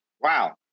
Wow